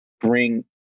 bring